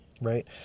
Right